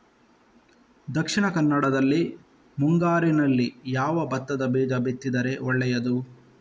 ದಕ್ಷಿಣ ಕನ್ನಡದಲ್ಲಿ ಮುಂಗಾರಿನಲ್ಲಿ ಯಾವ ಭತ್ತದ ಬೀಜ ಬಿತ್ತಿದರೆ ಒಳ್ಳೆಯದು?